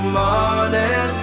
morning